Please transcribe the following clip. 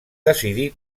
decidí